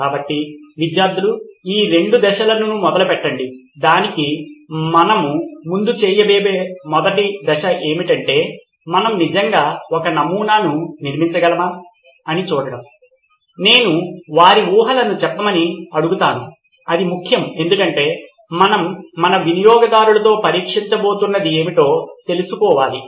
కాబట్టి విద్యార్ధులు ఈ రెండు దశలను మొదలు పెట్టండి దానికి ముందు మనము చేయబోయే మొదటి దశ ఏమిటంటే మనం నిజంగా ఒక నమూనాను నిర్మించగలమా అని చూడటం నేను వారి ఊహలను చెప్పమని అడుగుతాను అది ముఖ్యం ఎందుకంటే మనం మన వినియోగదారులతో పరీక్షించబోతున్నది ఏమిటో తెలుసుకోవాలి